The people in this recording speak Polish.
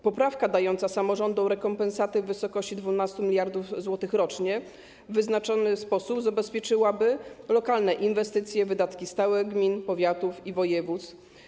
Poprawka dająca samorządom rekompensaty w wysokości 12 mld zł rocznie w znacznej mierze zabezpieczyłaby lokalne inwestycje, wydatki stałe gmin, powiatów i województw.